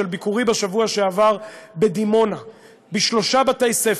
על ביקורי בשבוע שעבר בדימונה בשלושה בתי-ספר,